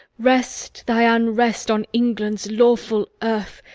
rest thy unrest on england's lawful earth,